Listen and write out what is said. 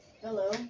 Hello